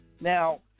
Now